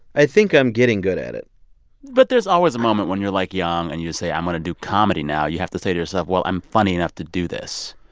i think i'm getting good at it but there's always a moment when you're, like, young and you say, i'm going to do comedy now. you have to say to yourself, well, i'm funny enough to do this.